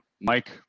Mike